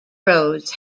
roads